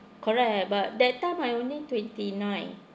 correct but that time I only twenty nine